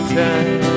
time